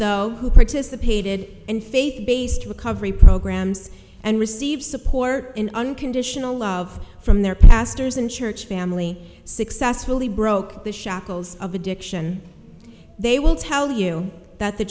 though who participated in faith based recovery programs and received support in unconditional love from their pastors and church family successfully broke the shackles of addiction they will tell you that the